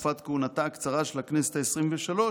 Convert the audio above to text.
בתקופת כהונתה הקצרה של הכנסת העשרים-ושלוש